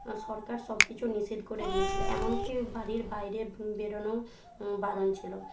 সরকার সব কিছু নিষেধ করে দিয়েছিল এমনকি বাড়ির বাইরে বেরোনোও বারণ ছিল